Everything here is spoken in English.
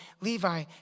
Levi